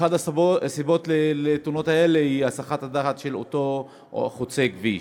אחת הסיבות לתאונות האלה היא הסחת הדעת של אותו חוצה כביש.